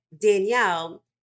Danielle